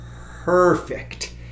perfect